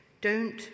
Don't